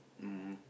um